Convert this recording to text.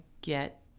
get